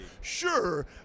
Sure